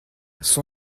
son